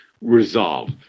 resolve